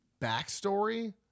backstory